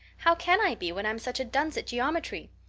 how can i be, when i'm such a dunce at geometry?